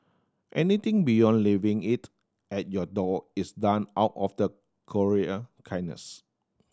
anything beyond leaving it at your door is done out of the courier kindness